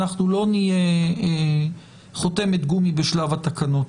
אנחנו לא נהיה חותמת גומי בשלב התקנות.